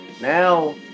now